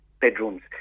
bedrooms